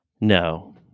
No